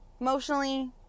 emotionally